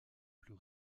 plus